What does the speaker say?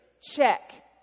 check